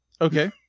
Okay